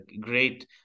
great